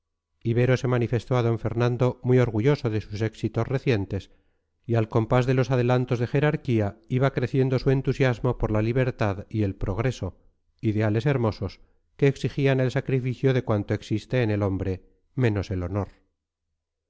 ibero se manifestó a d fernando muy orgulloso de sus éxitos recientes y al compás de los adelantos de jerarquía iba creciendo su entusiasmo por la libertad y el progreso ideales hermosos que exigían el sacrificio de cuanto existe en el hombre menos el honor